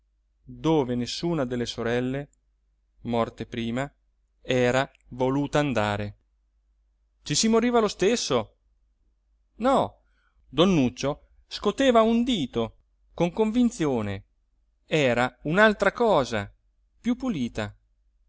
dove nessuna delle sorelle morte prima era voluta andare ci si moriva lo stesso no don nuccio scoteva un dito con convinzione era un'altra cosa più pulita